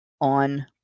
on